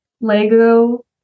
Lego